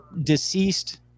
deceased